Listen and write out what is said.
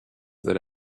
that